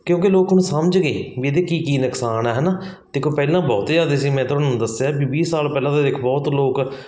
ਕਿਉਂਕਿ ਲੋਕ ਹੁਣ ਸਮਝ ਗਏ ਵੀ ਇਹਦੇ ਕੀ ਕੀ ਨੁਕਸਾਨ ਆ ਹੈ ਨਾ ਦੇਖੋ ਪਹਿਲਾਂ ਬਹੁਤੇ ਜਾਂਦੇ ਸੀ ਮੈਂ ਤੁਹਾਨੂੰ ਦੱਸਿਆ ਵੀ ਵੀਹ ਸਾਲ ਪਹਿਲਾਂ ਤਾਂ ਦੇਖੋ ਬਹੁਤ ਲੋਕ